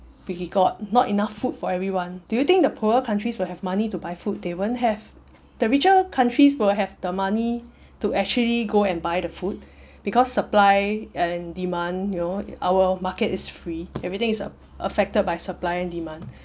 we got not enough food for everyone do you think the poorer countries will have money to buy food they won't have the richer countries will have the money to actually go and buy the food because supply and demand you know our market is free everything is affected by supply and demand